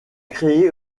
créé